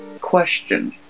Question